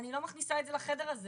אני לא מכניסה את זה לחדר הזה,